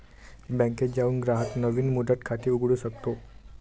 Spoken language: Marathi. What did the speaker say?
बँकेत जाऊन ग्राहक नवीन मुदत खाते उघडू शकतो